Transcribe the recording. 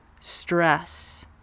stress